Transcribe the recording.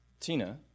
Tina